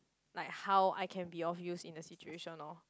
like how I can be of use in the situation lor